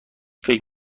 فکر